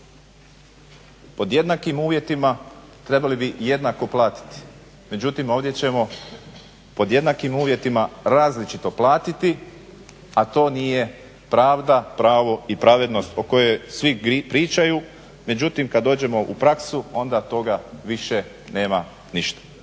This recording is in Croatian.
Pod jednakim uvjetima trebali bi jednako platiti. Međutim, ovdje ćemo pod jednakim uvjetima različito platiti, a to nije pravda, pravo i pravednost o kojoj svi pričaju. Međutim, kad dođemo u praksu onda toga više nema ništa.